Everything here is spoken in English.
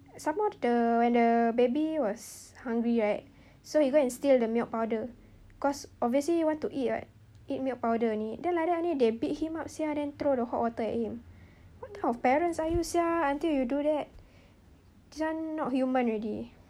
some more the when the baby was hungry right so he go and steal the milk powder because obviously he want to eat [what] eat milk powder only then like that only they beat him up [sial] then throw the hot water at him what kind of parents are you sia until you do that this one not human already